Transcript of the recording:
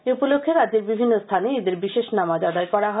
এই উপলক্ষে রাজ্যের বিভিন্ন স্হানে ঈদের বিশেষ নামাজ আদায় করা হয়